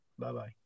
Bye-bye